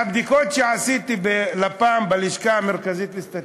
מהבדיקות שעשיתי בלפ"מ, בלשכה המרכזית לסטטיסטיקה,